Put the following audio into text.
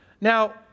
Now